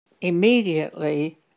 Immediately